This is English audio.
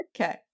Okay